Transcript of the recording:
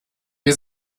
wir